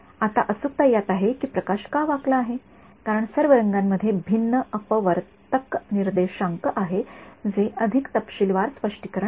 आता अचूकता यात आहे कि प्रकाश का वाकला आहे कारण सर्व रंगांमध्ये भिन्न अपवर्तक निर्देशांक आहेत जे अधिक तपशीलवार स्पष्टीकरण आहे